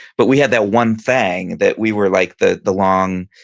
but we had that one thing that we were like the the long,